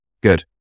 Good